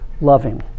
loving